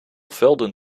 velden